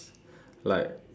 like